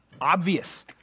obvious